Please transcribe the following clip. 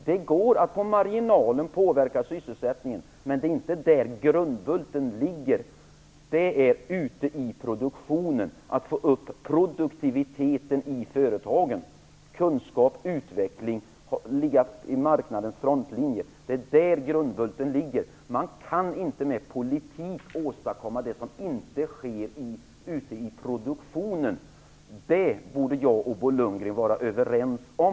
Det går att på marginalen påverka sysselsättningen, men det är inte där grundbulten ligger, utan det är ute i produktionen. Det gäller att få upp produktiviteten i företagen. Grundbulten ligger i kunskap, utveckling och förmåga att ligga i marknadens frontlinje. Man kan inte med politik åstadkomma det som inte sker ute i produktionen. Det borde jag och Bo Lundgren vara överens om.